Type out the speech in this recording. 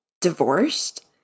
divorced